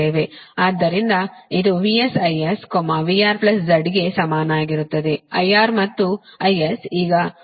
ಆದ್ದರಿಂದ ಇದು VS IS VR Z ಗೆ ಸಮಾನವಾಗಿರುತ್ತದೆ